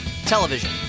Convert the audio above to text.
television